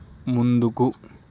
ముందుకు